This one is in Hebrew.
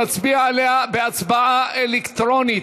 נצביע עליה בהצבעה אלקטרונית,